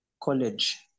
College